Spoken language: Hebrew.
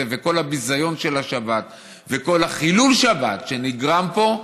וכל הביזיון של השבת וכל חילול השבת שנגרם פה,